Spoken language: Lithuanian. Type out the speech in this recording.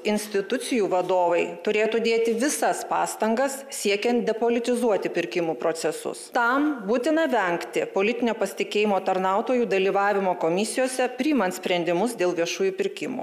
institucijų vadovai turėtų dėti visas pastangas siekiant depolitizuoti pirkimų procesus tam būtina vengti politinio pasitikėjimo tarnautojų dalyvavimo komisijose priimant sprendimus dėl viešųjų pirkimų